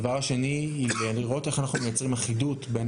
הדבר השני הוא לראות איך אנחנו מייצרים אחידות בין